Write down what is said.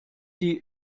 die